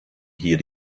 hier